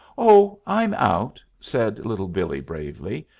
oh, i'm out, said little billee bravely.